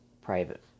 private